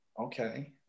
Okay